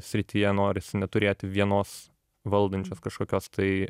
srityje noris neturėt vienos valdančios kažkokios tai